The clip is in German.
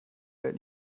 welt